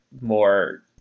more